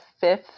fifth